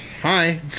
Hi